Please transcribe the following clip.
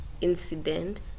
incident